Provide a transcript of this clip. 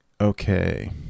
Okay